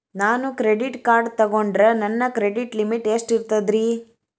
ನಾನು credit card ತೊಗೊಂಡ್ರ ನನ್ನ ಕ್ರೆಡಿಟ್ ಲಿಮಿಟ್ ಎಷ್ಟ ಇರ್ತದ್ರಿ?